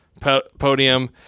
podium